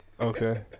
Okay